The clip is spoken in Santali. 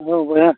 ᱦᱮᱞᱳ ᱵᱚᱭᱦᱟ